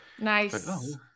Nice